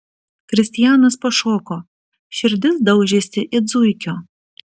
kristijanas pašoko širdis daužėsi it zuikio